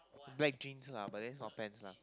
black jeans lah but then long pants lah